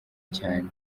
cyane